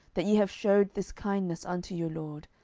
that ye have shewed this kindness unto your lord,